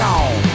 on